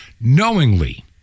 knowingly